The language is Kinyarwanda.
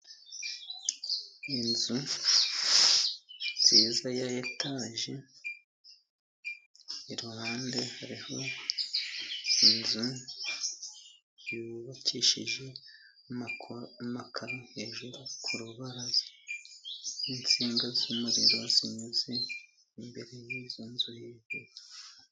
Inzu nziza ya etaje, iruhande hariho inzu yubakishije amakaro. Hejuru ku rubaraza hari insinga z'umuriro zinyuze imbere y'iyo nzu.